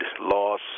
loss